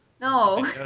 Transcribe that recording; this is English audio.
no